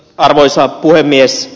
arvoisa puhemies